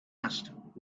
asked